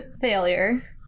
failure